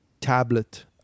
tablet